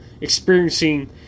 experiencing